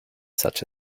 such